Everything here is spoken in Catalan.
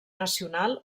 nacional